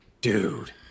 dude